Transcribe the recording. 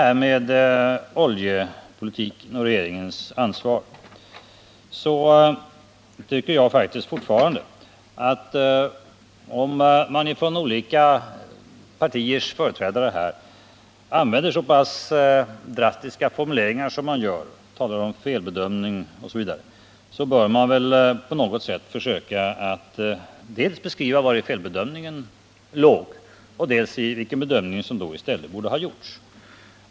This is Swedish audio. Beträffande oljepolitiken och regeringens ansvar tycker jag faktiskt fortfarande att när olika partiers företrädare här använder så drastiska formuleringar som de gör, de talar om felbedömningar osv., så bör de väl på något sätt försöka förklara dels vari felbedömningarna ligger, dels vilken bedömning som vi i stället borde ha gjort.